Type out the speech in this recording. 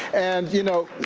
and, you know,